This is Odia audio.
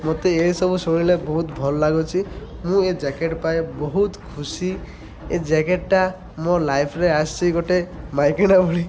ମତେ ଏହିସବୁ ଶୁଣିଲେ ବହୁତ ଭଲ ଲାଗୁଛି ମୁଁ ଏ ଜ୍ୟାକେଟ୍ ପାଇ ବହୁତ ଖୁସି ଏ ଜ୍ୟାକେଟ୍ଟା ମୋ ଲାଇଫ୍ରେ ଆସିଛି ଗୋଟେ ମାଇକିନା ଭଳି